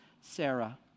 Sarah